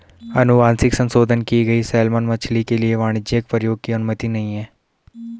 अनुवांशिक संशोधन की गई सैलमन मछली के लिए वाणिज्यिक प्रयोग की अनुमति नहीं है